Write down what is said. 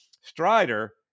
Strider